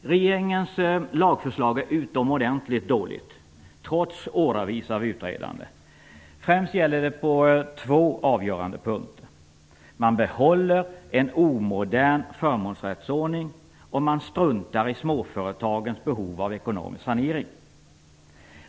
Regeringens lagförslag är utomordentligt dåligt, trots åravis av utredande. Främst gäller det två avgörande punkter. Man behåller en omodern förmånsrättsordning, och man struntar i småföretagens behov av ekonomisk sanering.